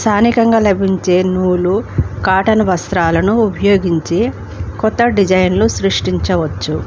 స్థానికంగా లభించే నూలు కాటన్ వస్త్రాలను ఉపయోగించి కొత్త డిజైన్లు సృష్టించవచ్చు